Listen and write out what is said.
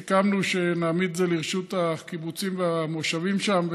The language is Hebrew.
סיכמנו שנעמיד את זה לרשות הקיבוצים והמושבים שם,